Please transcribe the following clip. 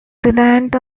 reliant